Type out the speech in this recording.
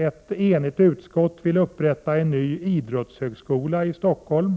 Ett enigt utskott vill upprätta en ny idrottshögskola i Stockholm.